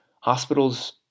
Hospitals